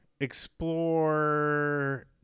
explore